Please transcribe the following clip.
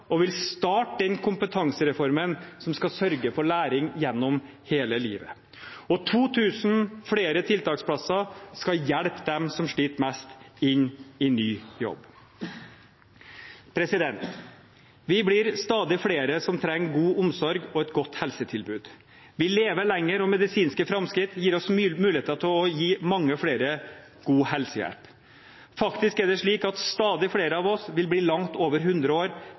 og vil starte den kompetansereformen som skal sørge for læring gjennom hele livet. 2 000 flere tiltaksplasser skal hjelpe dem som sliter mest inn i ny jobb. Vi blir stadig flere som trenger god omsorg og et godt helsetilbud. Vi lever lenger, og medisinske framskritt gir oss muligheter til å gi mange flere god helsehjelp. Faktisk er det slik at stadig flere av oss vil bli langt over 100 år.